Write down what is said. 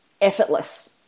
effortless